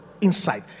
insight